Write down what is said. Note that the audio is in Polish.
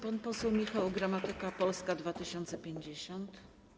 Pan poseł Michał Gramatyka, Polska 2050.